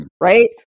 right